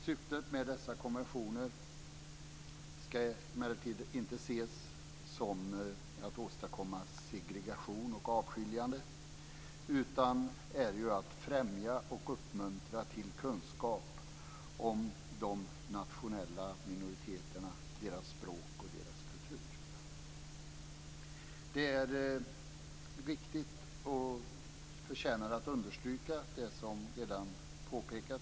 Syftet med dessa konventioner ska emellertid inte ses som att åstadkomma segregation och avskiljande, utan det är att främja och uppmuntra till kunskap om de nationella minoriteterna, deras språk och deras kultur. Det som redan påpekats av Helena Bargholtz är riktigt, och det förtjänar att understrykas.